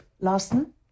larson